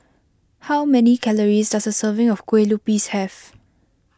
how many calories does a serving of Kueh Lupis have